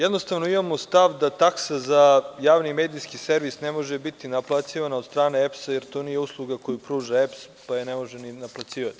Jednostavno, imamo stav da taksa za javni medijski servis ne može biti naplaćivana od strane EPS, jer to nije usluga koju pruža EPS, pa je ne može ni naplaćivati.